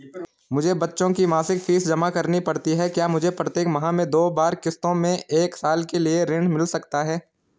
मुझे बच्चों की मासिक फीस जमा करनी पड़ती है क्या मुझे प्रत्येक माह में दो बार किश्तों में एक साल के लिए ऋण मिल सकता है?